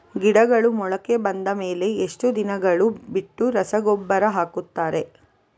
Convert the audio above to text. ಗಿಡಗಳು ಮೊಳಕೆ ಬಂದ ಮೇಲೆ ಎಷ್ಟು ದಿನಗಳು ಬಿಟ್ಟು ರಸಗೊಬ್ಬರ ಹಾಕುತ್ತಾರೆ?